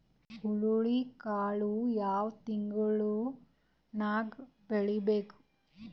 ಹುರುಳಿಕಾಳು ಯಾವ ತಿಂಗಳು ನ್ಯಾಗ್ ಬೆಳಿಬೇಕು?